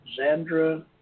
Zandra